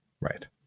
Right